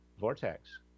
vortex